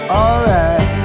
alright